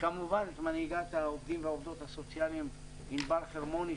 וכמובן את מנהיגת העובדים והעובדות הסוציאליים ענבל חרמוני,